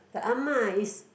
the Ah-Ma is